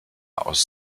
aus